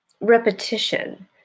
repetition